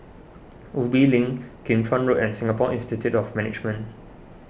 Ubi Link Kim Chuan Road and Singapore Institute of Management